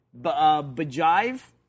Bajive